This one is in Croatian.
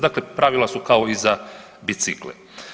Dakle, pravila su kao i za bicikle.